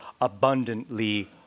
abundantly